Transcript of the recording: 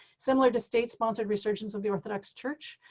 similar to state-sponsored resurgence of the orthodox church,